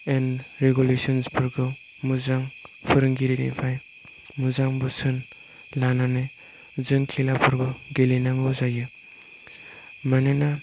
and regulations फोरखौ मोजां फोरोंगिरिनिफ्राय मोजां बोसोन लानानै जों खेलाफोरबो गेलेनांगौ जायो मानोना